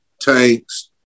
tanks